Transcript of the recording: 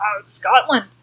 Scotland